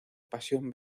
pasión